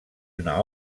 una